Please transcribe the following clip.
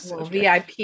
vip